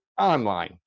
online